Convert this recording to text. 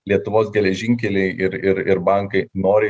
lietuvos geležinkeliai ir ir ir bankai nori